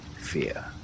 fear